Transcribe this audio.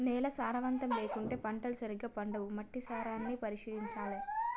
నేల సారవంతం లేకుంటే పంటలు సరిగా పండవు, మట్టి సారాన్ని పరిశీలించాలె